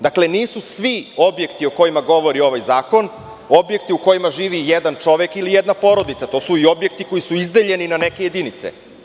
Dakle, nisu svi objekti o kojima govori ovaj zakon, objekti u kojima živi jedan čovek ili jedna porodica, to su i objekti koji su izdeljeni na neke jedinice.